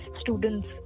students